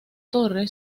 torre